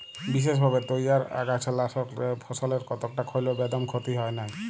বিসেসভাবে তইয়ার আগাছানাসকলে ফসলের কতকটা হল্যেও বেদম ক্ষতি হয় নাই